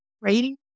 rating